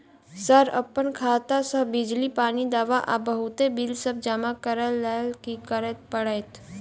Sir अप्पन खाता सऽ बिजली, पानि, दवा आ बहुते बिल सब जमा करऽ लैल की करऽ परतै?